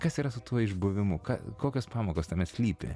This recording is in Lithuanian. kas yra su tuo išbuvimu ką kokios pamokos tame slypi